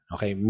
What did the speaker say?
Okay